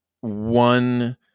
one